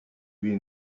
lui